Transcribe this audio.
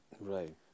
Right